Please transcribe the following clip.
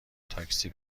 تاکسی